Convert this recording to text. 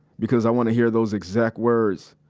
because i want to hear those exact words.